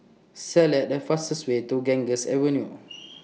Select The fastest Way to Ganges Avenue